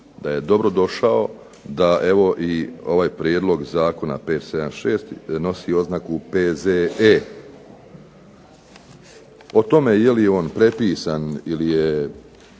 da je dobro došao, da evo i ovaj prijedlog zakona 576. nosi oznaku P.Z.E. O tome je li on prepisan ili je